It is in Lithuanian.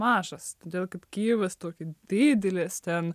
mažas todėl kad kijevas tokį didelis ten